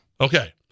Okay